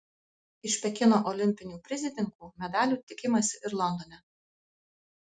iš pekino olimpinių prizininkų medalių tikimasi ir londone